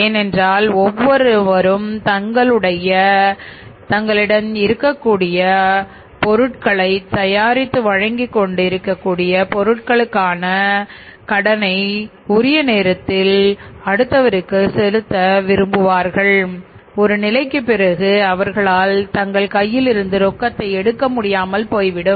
ஏனென்றால் ஒவ்வொருசப்ளையரும் தங்களிடம் இருக்கக்கூடிய பொருட்களை தயாரித்து வழங்கிக் கொண்டிருக்கிறார்கள் ஒரு நிலைக்குப் பிறகு அவர்களால் தங்கள் கையிலிருந்து ரொக்கத்தை எடுக்க முடியாமல் போய்விடும்